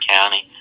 County